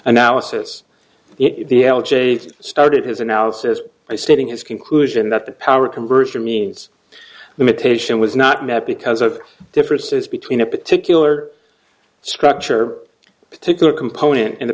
that started his analysis by stating his conclusion that the power conversion means limitation was not met because of differences between a particular structure particular component and the